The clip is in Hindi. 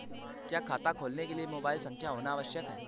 क्या खाता खोलने के लिए मोबाइल संख्या होना आवश्यक है?